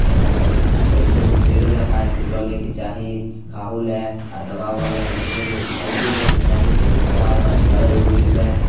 तऽ इएह दुआरे पइसो तेलो ले पाइ लऽ लैके चाही खाहु ले आओर दवा उवा लए तऽ लैए लै लैके चाही किएकि दवा उवा तऽ जादा जरूरी छै